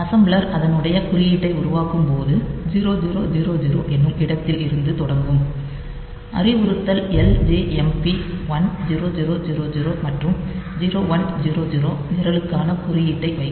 assembler அதனுடைய குறியீட்டை உருவாக்கும் போது 0000 என்னும் இடத்தில் இருந்து தொடங்கும் அறிவுறுத்தல் LJMP 1000 மற்றும் 0100 நிரலுக்கான குறியீட்டை வைக்கும்